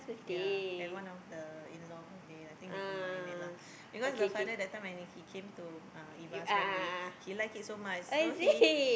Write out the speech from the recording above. ya and one of the in law birthday I think they combined it lah because the father that time when he he came to uh Eva's birthday he liked it so much so he